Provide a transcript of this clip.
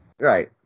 Right